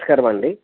నమస్కారమండీ